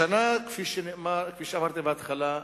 השנה, כפי שאמרתי בהתחלה,